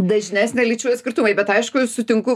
dažnesnė lyčių atskirtumai bet aišku sutinku